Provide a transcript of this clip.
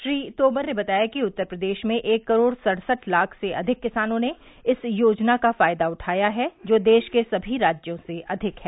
श्री तोमर ने बताया कि उत्तर प्रदेश में एक करोड़ सड़सठ लाख से अधिक किसानों ने इस योजना का फायदा उठाया है जो देश के सभी राज्यों से अधिक है